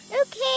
Okay